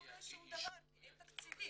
לא קורה שום דבר כי אין תקציבים